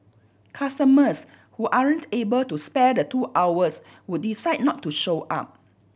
customers who able to spare the two hours would decide not to show up